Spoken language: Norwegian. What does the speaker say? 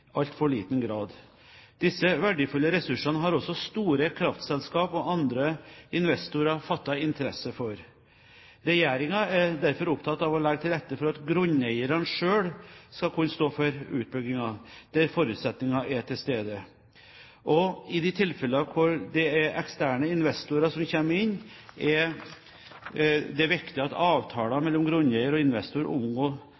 altfor liten grad. Disse verdifulle ressursene har også store kraftselskap og andre investorer fattet interesse for. Regjeringen er derfor opptatt av å legge til rette for at grunneierne selv skal kunne stå for utbyggingen der forutsetningene er til stede. Og i de tilfeller hvor det er eksterne investorer som kommer inn, er det viktig at